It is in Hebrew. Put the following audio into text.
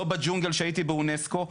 לא בג'ונגל שהייתי באונסקו,